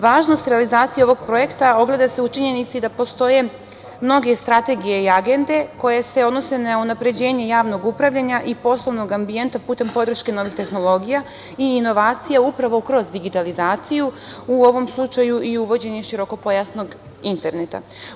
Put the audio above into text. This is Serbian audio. Važnost realizacije ovog projekta ogleda se u činjenici da postoje mnoge strategije i agende koje se odnose na unapređenje javnog upravljanja i poslovnog ambijenta putem podrške novih tehnologija i inovacija, upravo kroz digitalizaciju, u ovom slučaju i uvođenje širokopojasnog interneta.